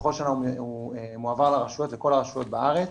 בכל שנה התקציב מועבר לרשויות, לכל הרשויות בארץ